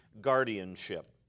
guardianship